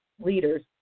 leaders